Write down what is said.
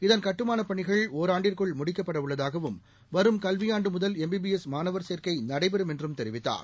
இதன் கட்டுமானப் பணிகள் ஒராண்டிற்குள் முடிக்கப்படவுள்ளதாகவும் வரும் கல்வியாண்டு முதல் எம்பிபிஎஸ் மாணவர் சேர்க்கை நடைபெறும் என்றும் தெரிவித்தார்